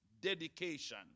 dedication